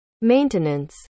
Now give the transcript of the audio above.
maintenance